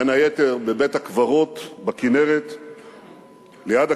בין היתר בבית-הקברות ליד הכינרת,